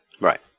Right